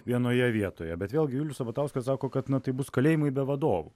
vienoje vietoje bet vėlgi julius sabatauskas sako kad na tai bus kalėjimai be vadovų